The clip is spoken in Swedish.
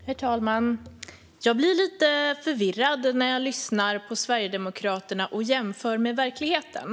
Herr talman! Jag blir lite förvirrad när jag lyssnar på Sverigedemokraterna och jämför med verkligheten.